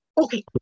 Okay